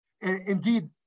indeed